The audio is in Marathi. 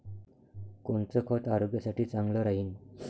कोनचं खत आरोग्यासाठी चांगलं राहीन?